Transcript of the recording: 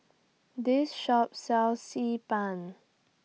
This Shop sells Xi Ban